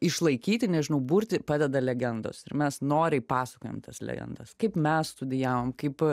išlaikyti nežinau burti padeda legendos ir mes noriai pasakojam tas legendas kaip mes studijavom kaip